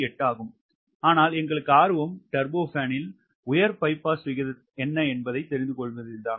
8 ஆகும் ஆனால் எங்களுக்கு ஆர்வம் டர்போபனில் உயர் பை பாஸ் விகிதம் தெரிந்து கொள்வதில்தான்